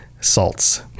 salts